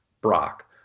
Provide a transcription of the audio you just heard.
Brock